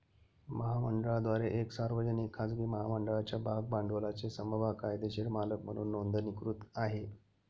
महामंडळाद्वारे एक सार्वजनिक, खाजगी महामंडळाच्या भाग भांडवलाचे समभाग कायदेशीर मालक म्हणून नोंदणीकृत आहे